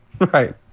Right